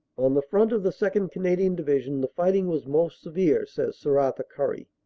on the front of the second. canadian division the fighting was most severe, says sir arthur currie.